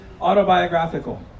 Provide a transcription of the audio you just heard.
autobiographical